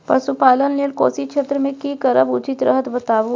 पशुपालन लेल कोशी क्षेत्र मे की करब उचित रहत बताबू?